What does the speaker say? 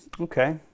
Okay